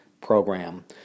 program